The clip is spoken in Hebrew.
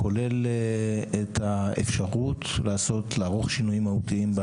כולל את האפשרות לערוך שינויים מהותיים בהצעה.